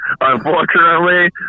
Unfortunately